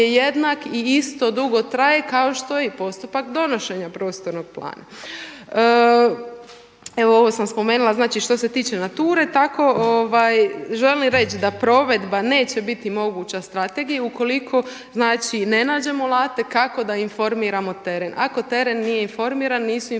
jednak i isto dugo traje kao što i postupak donošenja prostornog plana. Evo ovo sam spomenula, znači što se tiče Nature tako želim reći da provedba neće biti moguća strategija ukoliko ne nađemo alate kako da informiramo teren. Ako teren nije informiran nisu informirane